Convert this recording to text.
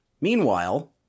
meanwhile